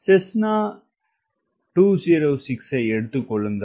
Cessna 206 ஐ எடுத்துக் கொள்ளுங்கள்